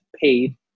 paid